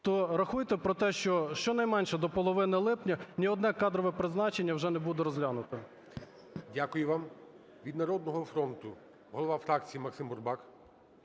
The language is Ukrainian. то рахуйте про те, що щонайменше до половини липня ні одне кадрове призначення вже не буде розглянуто. ГОЛОВУЮЧИЙ. Дякую вам. Від "Народного фронту" голова фракції МаксимБурбак.